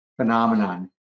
phenomenon